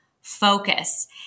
focus